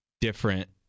different